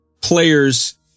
players